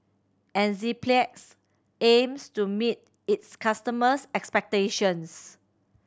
Enzyplex aims to meet its customers' expectations